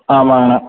ஆமாங்கண்ணா